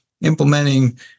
implementing